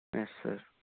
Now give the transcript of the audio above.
yes sir